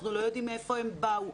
אנחנו לא יודעים מאיפה הם באו,